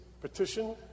petition